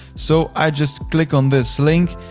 so i just click on this link.